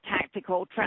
tactical